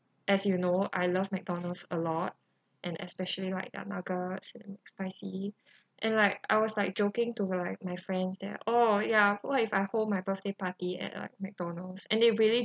as you know I love mcdonald's a lot and especially like the nuggets and spicy and like I was like joking to like my friends there oh ya what if like I hold my birthday party at like mcdonald's and they really